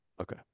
Okay